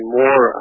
more